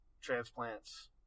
transplants